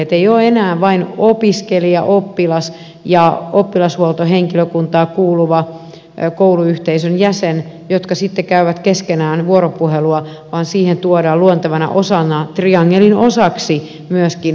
ei ole enää vain opiskelija oppilas ja oppilashuoltohenkilökuntaan kuuluva kouluyhteisön jäsen jotka sitten käyvät keskenään vuoropuhelua vaan siihen tuodaan luontevana osana triangelin osaksi myöskin huoltaja vanhempi